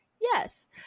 yes